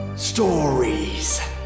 Stories